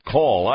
Call